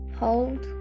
hold